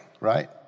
right